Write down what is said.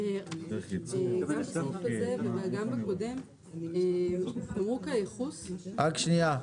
גם בסעיף הזה וגם בקודם תמרוק הייחוס --- רק שנייה.